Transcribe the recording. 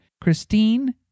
Christine